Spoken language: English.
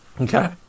Okay